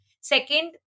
Second